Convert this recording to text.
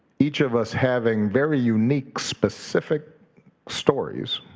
each of us having very unique, specific stories,